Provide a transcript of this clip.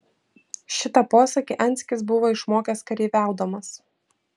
šitą posakį anskis buvo išmokęs kareiviaudamas